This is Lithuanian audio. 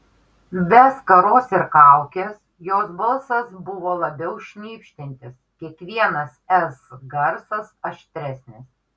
be skaros ir kaukės jos balsas buvo labiau šnypščiantis kiekvienas s garsas aštresnis